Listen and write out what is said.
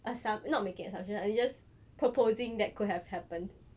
assump~ not making assumptions ah I'm just proposing that that could have happened